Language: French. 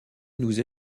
nous